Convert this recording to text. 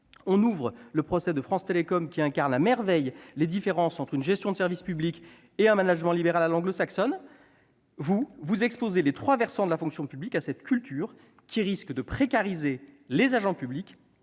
s'ouvre le procès de France Télécom, groupe qui incarne à merveille les différences entre une gestion de service public et un management libéral à l'anglo-saxonne, vous exposez les trois versants de la fonction publique à cette culture qui risque de précariser les agents publics